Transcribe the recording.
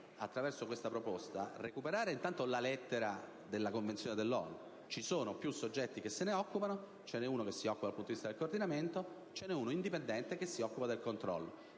attraverso questa proposta, recuperare intanto la lettera della Convenzione dell'ONU: ci sono più soggetti che se ne occupano; uno che si occupa del coordinamento e uno indipendente che si occupa del controllo,